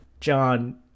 John